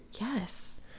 Yes